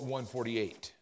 148